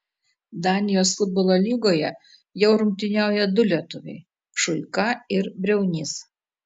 danijos futbolo lygoje jau rungtyniauja du lietuviai šuika ir briaunys